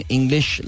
English